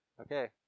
okay